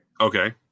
okay